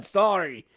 sorry